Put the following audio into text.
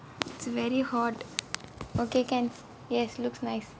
it's very hot okay can yes looks nice ah